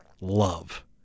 love